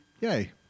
yay